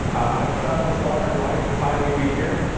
i've traveled far and wide to finally be here,